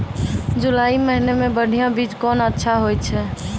जुलाई महीने मे बढ़िया बीज कौन अच्छा होय छै?